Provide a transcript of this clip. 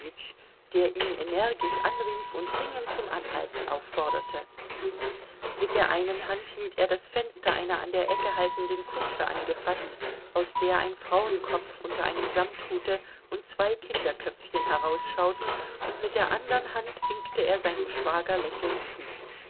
der ihn energisch anrief und dringend zum anhalten aufforderte mit der einen hand hielt er das fenster einer an der ecke haltenden kutsche angefaßt aus der ein frauenkopf unter einem samthute und zwei kinderköpfchen herausschauten und mit der andern hand winkte er seinem schwager lächelnd zu